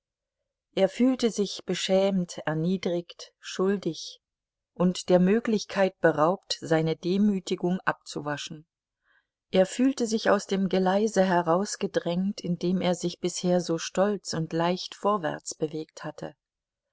er fühlte sich beschämt erniedrigt schuldig und der möglichkeit beraubt seine demütigung abzuwaschen er fühlte sich aus dem geleise herausgedrängt in dem er sich bisher so stolz und leicht vorwärts bewegt hatte